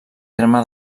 terme